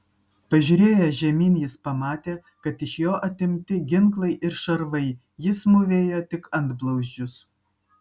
pažiūrėjęs žemyn jis pamatė kad iš jo atimti ginklai ir šarvai jis mūvėjo tik antblauzdžius